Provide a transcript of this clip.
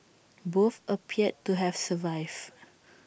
both appeared to have survived